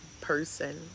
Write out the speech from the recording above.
person